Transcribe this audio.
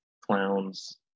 clowns